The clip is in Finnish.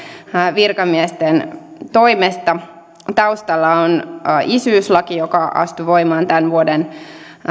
virkamiesten toimesta taustalla on isyyslaki joka astui voimaan tämän vuoden